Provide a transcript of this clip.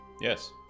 Yes